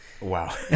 Wow